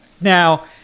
Now